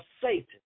Satan